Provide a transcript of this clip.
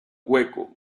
hueco